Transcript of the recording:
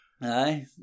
Aye